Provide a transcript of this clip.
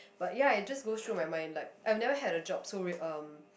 but ya it just go through my mind like I've never had a job so re~ um